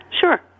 sure